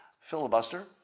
filibuster